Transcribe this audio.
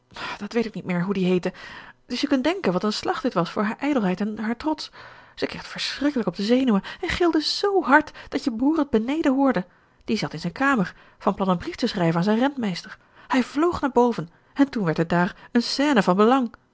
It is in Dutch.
dat weet ik niet meer hoe die heette dus je kunt denken wat een slag dit was voor haar ijdelheid en haar trots ze kreeg het verschrikkelijk op de zenuwen en gilde zoo hard dat je broer het beneden hoorde die zat in zijn kamer van plan een brief te schrijven aan zijn rentmeester hij vloog naar boven en toen werd het daar een scène van belang